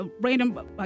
random